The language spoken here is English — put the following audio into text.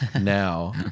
Now